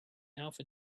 alpha